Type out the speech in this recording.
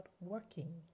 working